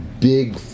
big